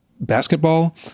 basketball